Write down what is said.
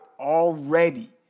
already